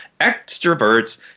Extroverts